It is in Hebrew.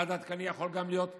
יעד עדכני יכול גם להיות יותר,